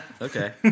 Okay